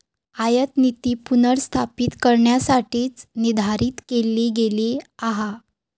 आयातनीती पुनर्स्थापित करण्यासाठीच निर्धारित केली गेली हा